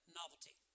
novelty